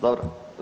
Dobro.